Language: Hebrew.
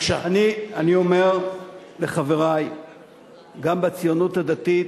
אני אומר לחברי גם בציונות הדתית,